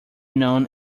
known